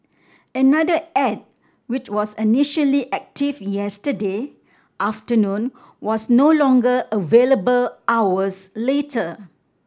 another ad which was initially active yesterday afternoon was no longer available hours later